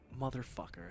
Motherfucker